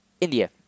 India